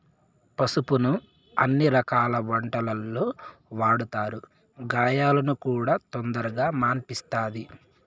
పసుపును అన్ని రకాల వంటలల్లో వాడతారు, గాయాలను కూడా తొందరగా మాన్పిస్తది